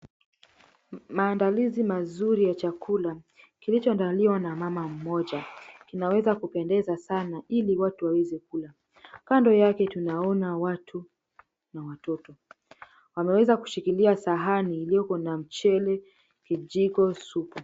Maandalizi mazuri ya chakula kilichoandaliwa na mama mmoja kinaweza kupendeza sana ili watu waweze kula. Kando yake tunaona watu na watoto. Wameweza kushikilia sahani iliyoko na mchele, kijiko, supu.